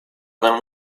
than